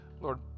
Lord